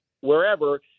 wherever